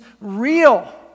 real